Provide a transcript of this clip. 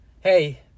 Hey